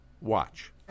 Watch